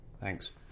Thanks